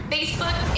Facebook